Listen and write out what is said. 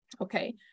Okay